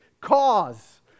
cause